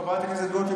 חברת הכנסת גוטליב,